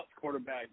quarterback